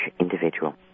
individual